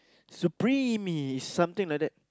supreme is something like that